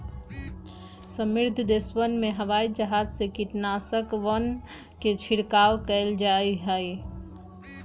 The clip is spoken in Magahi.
समृद्ध देशवन में हवाई जहाज से कीटनाशकवन के छिड़काव कइल जाहई